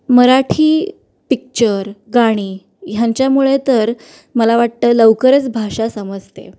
Marathi picture गाणी ह्यांच्यामुळे तर मला वाटतं लवकरच भाषा समजते